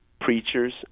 preachers